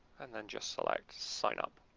and then just select signup.